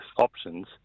options